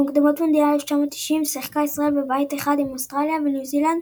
במוקדמות מונדיאל 1990 שיחקה ישראל בבית אחד עם אוסטרליה וניו זילנד,